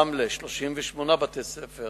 רמלה, 38 בתי-ספר